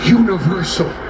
universal